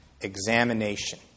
examination